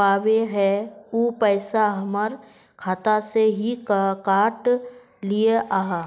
पाबे है उ पैसा हमर खाता से हि काट लिये आहाँ?